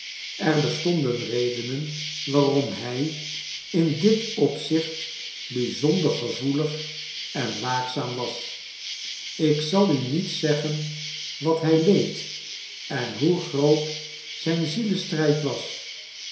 zonder gevoelig en waakzaam was ik zal u niet zeggen wat hij leed en hoe groot zijn zielestrijd was